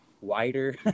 wider